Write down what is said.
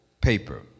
paper